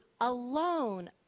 alone